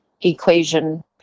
equation